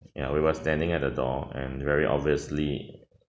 ya we were standing at the door and very obviously